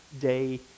day